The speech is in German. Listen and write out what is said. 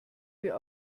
wir